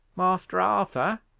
master arthur,